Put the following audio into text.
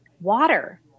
Water